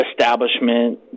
establishment